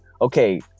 okay